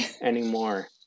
anymore